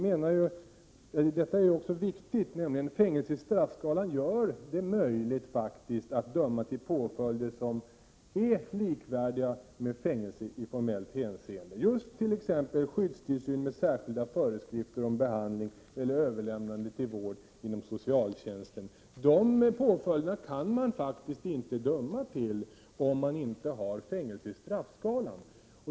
Med fängelse i straffskalan blir det möjligt att döma till påföljder som är likvärdiga med fängelse i formellt hänseende, t.ex. skyddstillsyn med särskilda föreskrifter om behandling, eller överlämnande till vård inom socialtjänsten. De påföljderna kan man faktiskt inte döma till, om man inte har fängelse i straffskalan.